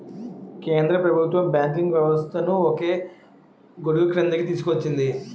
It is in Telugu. కేంద్ర ప్రభుత్వం బ్యాంకింగ్ వ్యవస్థను ఒకే గొడుగుక్రిందికి తీసుకొచ్చింది